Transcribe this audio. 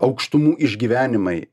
aukštumų išgyvenimai